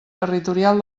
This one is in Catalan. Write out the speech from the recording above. territorial